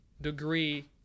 Degree